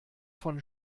von